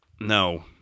No